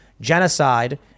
Genocide